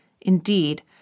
Indeed